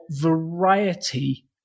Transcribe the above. variety